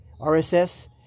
RSS